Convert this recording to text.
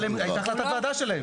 אבל הייתה החלטת ועדה שלהם.